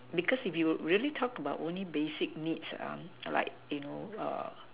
because if you really talk about only basic needs like you know